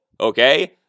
okay